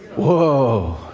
whoa,